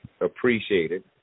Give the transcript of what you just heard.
appreciated